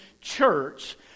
church